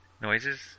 noises